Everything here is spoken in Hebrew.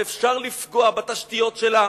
ואפשר לפגוע בתשתיות שלה,